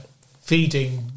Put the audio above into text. feeding